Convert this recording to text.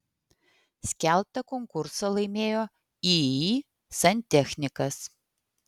skelbtą konkursą laimėjo iį santechnikas